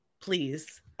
please